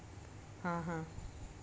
हां हां